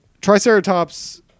Triceratops